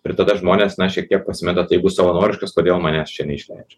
ir tada žmonės na šiek tiek pasimeta tai jeigu savanoriškas kodėl manęs čia neišleidžia